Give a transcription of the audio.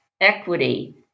equity